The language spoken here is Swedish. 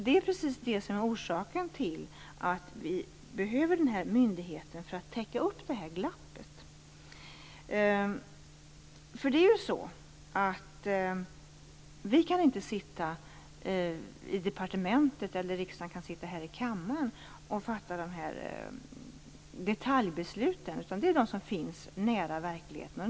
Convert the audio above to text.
Det är precis därför vi behöver den här myndigheten - för att täcka upp det här glappet. Vi kan inte sitta i departementet eller här i kammaren och fatta detaljbesluten, utan det skall de som finns nära verkligheten göra.